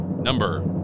number